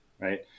right